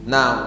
Now